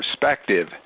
perspective